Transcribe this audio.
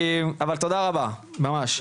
אבל תודה רבה, ממש.